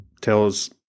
tells